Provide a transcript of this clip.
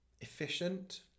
efficient